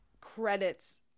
credits